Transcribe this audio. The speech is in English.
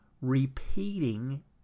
repeating